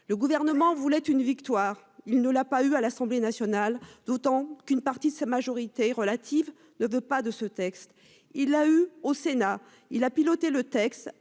Le gouvernement voulait une victoire. Il ne l'a pas eu à l'Assemblée nationale. D'autant qu'une partie de sa majorité relative ne veut pas de ce texte. Il a eu au Sénat il a piloté le texte